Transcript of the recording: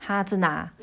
!huh! 真的啊